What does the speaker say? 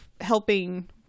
helping